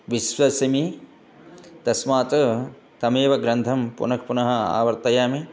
विश्वसिमि तस्मात् तमेव ग्रन्थं पुनः पुनः आवर्तयामि